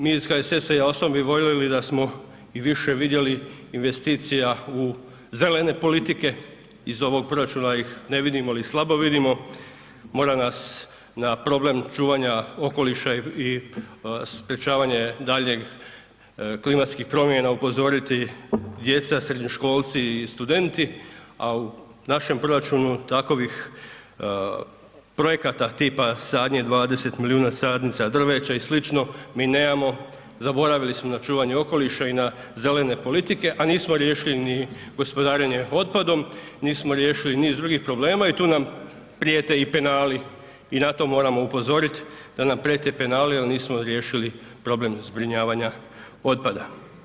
Mi iz HSS-a i ja osobno bi voljeli da smo i više vidjeli investicija u zelene politike, iz ovog proračuna ih ne vidimo ili ih slabo vidimo, mora nas na problem čuvanja okoliša i sprečavanje daljnjeg klimatskih promjena upozoriti djeca srednjoškolci i studenti, a u našem proračunu takovih projekata tipa sadnje 20 milijuna sadnica drveća i slično mi nemamo, zaboravili smo na čuvanje okoliša i na zelene politike, a nismo riješili ni gospodarenje otpadom, nismo riješili niz drugih problema i tu nam prijete i penali i na to moramo upozorit da nam prijete penali jel nismo riješili problem zbrinjavanja otpada.